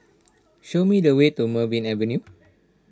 show me the way to Merryn Avenue